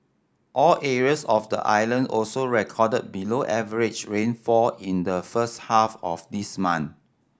all areas of the island also recorded below average rainfall in the first half of this month